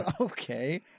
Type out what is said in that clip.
Okay